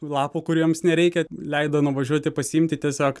lapų kurių jems nereikia leido nuvažiuoti pasiimti tiesiog